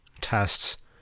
tests